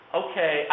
okay